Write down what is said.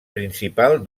principal